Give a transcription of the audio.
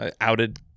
outed